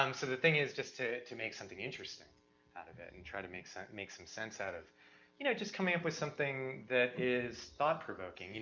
um so the thing is just to, to make something interesting out of it, and try to make some, make some sense out of you know just coming up with something that is thought-provoking?